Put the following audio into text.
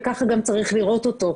וככה גם צריך לראות אותו.